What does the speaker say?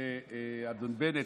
כשאדון בנט